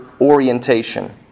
orientation